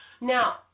Now